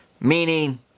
meaning